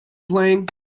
playing